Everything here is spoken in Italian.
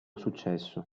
successo